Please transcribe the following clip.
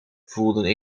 voelde